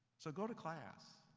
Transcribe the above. so go to class.